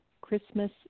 Christmas